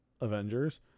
Avengers